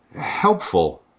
helpful